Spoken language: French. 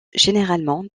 généralement